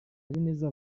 habineza